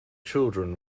children